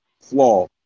flaw